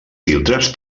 filtres